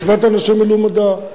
מצוות אנשים מלומדה.